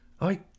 I